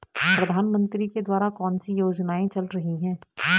प्रधानमंत्री के द्वारा कौनसी योजनाएँ चल रही हैं?